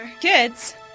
Kids